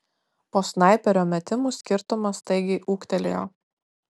po snaiperio metimų skirtumas staigiai ūgtelėjo